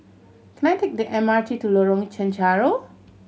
can I take the M R T to Lorong Chencharu